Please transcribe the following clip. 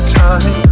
time